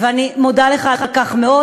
ואני מודה לך על כך מאוד.